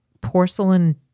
porcelain